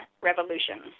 Revolution